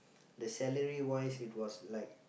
the salary wise it was like